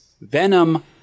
Venom